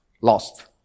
lost